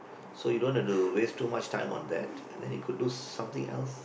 so you don't wanna to waste too much time on that and then you could do something else